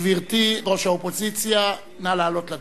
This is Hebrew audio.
גברתי ראש האופוזיציה, נא לעלות לדוכן.